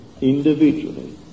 individually